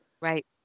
Right